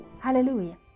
hallelujah